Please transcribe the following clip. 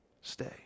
Stay